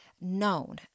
known